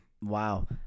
Wow